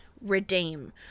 redeem